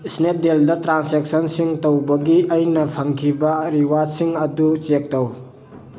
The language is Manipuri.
ꯏꯁꯅꯦꯞꯗꯤꯜꯗ ꯇ꯭ꯔꯥꯟꯖꯦꯛꯁꯟ ꯁꯤꯡ ꯇꯧꯕꯒꯤ ꯑꯩꯅ ꯐꯪꯈꯤꯕ ꯔꯤꯋꯥꯔꯗꯁꯤꯡ ꯑꯗꯨ ꯆꯦꯛ ꯇꯧ